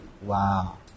Wow